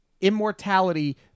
immortality